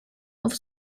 auf